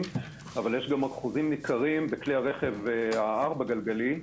אבל יש גם אחוזים ניכרים בכלי הרכב הארבע גלגלי,